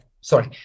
sorry